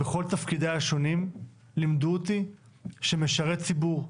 בכל תפקידיי השונים לימדו אותי שמשרת ציבור,